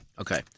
Okay